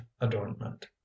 adornment